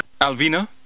Alvina